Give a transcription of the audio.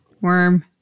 worm